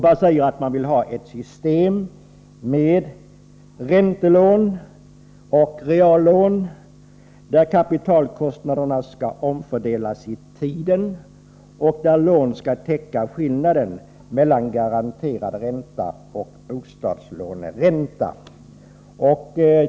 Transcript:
Man säger att man vill ha ett system med räntelån och reallån där kapitalkostnaderna skall omfördelas i tiden och där lån skall täcka skillnaden mellan garanterad ränta och bostadslåneräntan.